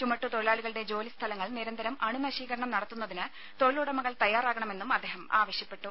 ചുമട്ടുതൊഴിലാളികളുടെ ജോലി സ്ഥലങ്ങൾ നിരന്തരം അണു നശീകരണം നടത്തുന്നതിന് തൊഴിലുടമകൾ തയ്യാറാകണമെന്നും അദ്ദേഹം ആവശ്യപ്പെട്ടു